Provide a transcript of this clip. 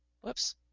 whoops